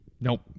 nope